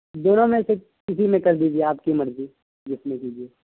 دونوں میں سے کسی میں کر دیجیے آپ کی مرضی جس میں کیجیے